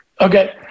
Okay